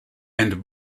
and